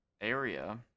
area